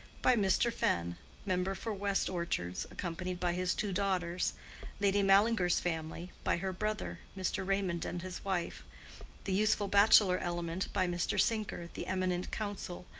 by mr. fenn, member for west orchards, accompanied by his two daughters lady mallinger's family, by her brother, mr. raymond, and his wife the useful bachelor element by mr. sinker, the eminent counsel,